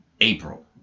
April